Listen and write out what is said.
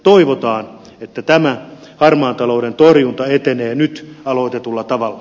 toivotaan että tämä harmaan talouden torjunta etenee nyt aloitetulla tavalla